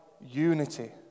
unity